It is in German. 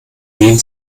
wien